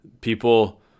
people